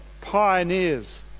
pioneers